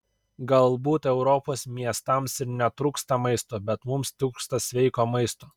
galbūt europos miestams ir netrūksta maisto bet mums trūksta sveiko maisto